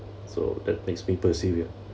so that makes me persevere